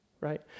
right